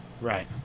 Right